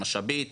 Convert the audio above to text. המשאבית,